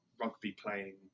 rugby-playing